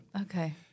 Okay